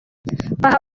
aha